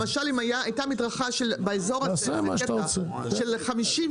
למשל אם הייתה מדרכה באזור הזה של 50,